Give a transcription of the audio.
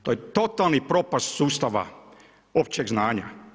To je totalni propast sustava općeg znanja.